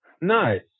Nice